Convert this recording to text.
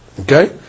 Okay